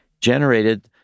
generated